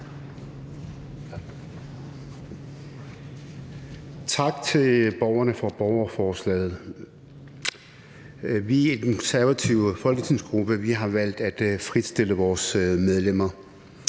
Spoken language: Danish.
Tak til borgerne for borgerforslaget. Vi i den konservative folketingsgruppe har valgt at fritstille vores medlemmer